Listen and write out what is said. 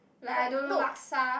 like I don't know laksa